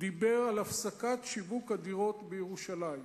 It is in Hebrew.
דיבר על הפסקת שיווק הדירות בירושלים?